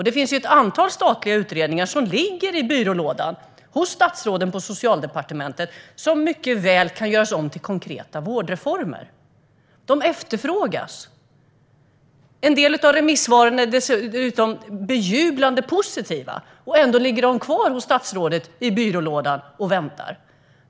Det finns ett antal statliga utredningar, som ligger i byrålådan hos statsråden på Socialdepartementet, som mycket väl kan göras om till konkreta vårdreformer. De efterfrågas. En del av remissvaren är dessutom jublande positiva, och ändå ligger de kvar i byrålådan hos statsrådet och väntar.